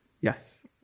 Yes